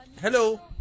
hello